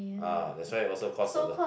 ah that's why also cause the